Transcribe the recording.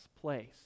place